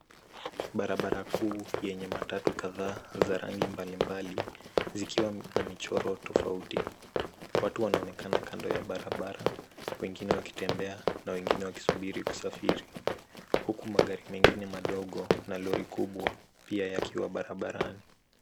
Barabara kuu yenye matatu kadhaa za rangi mbalimbali zikiwa na michoro tofauti. Watu wanaonekana kando ya barabara wengine wakitembea na wengine wakisubiri kusafiri. Huku magari mengine madogo na lori kubwa pia yakiwa barabarani.